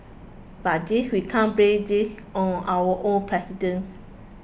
but this we can't blame this on our own president